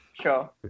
Sure